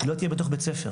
היא לא תהייה בתוך בית ספר,